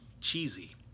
cheesy